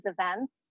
events